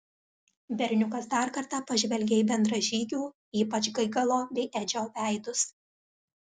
berniukas dar kartą pažvelgė į bendražygių ypač gaigalo bei edžio veidus